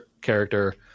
character